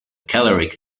caloric